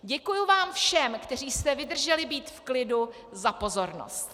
Děkuji vám všem, kteří jste vydrželi být v klidu, za pozornost.